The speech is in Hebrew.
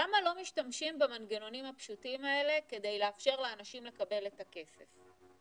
למה לא משתמשים במנגנונים הפשוטים האלה כדי לאפשר לאנשים לקבל את הכסף?